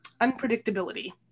unpredictability